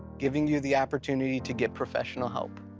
giving you the opportunity to get professional help.